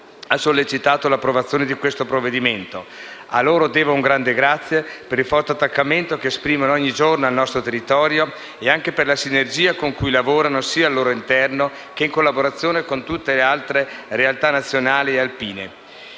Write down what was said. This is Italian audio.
ha sollecitato l'approvazione del provvedimento. A loro devo un grande grazie per il forte attaccamento che esprimono ogni giorno al nostro territorio e anche per la sinergia con cui lavorano sia al loro interno, che in collaborazione con tutte le altre realtà nazionali e alpine.